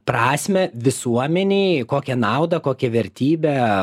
prasmę visuomenei kokią naudą kokią vertybę